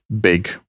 big